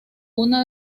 una